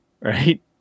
right